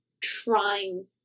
trying